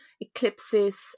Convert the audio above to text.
eclipses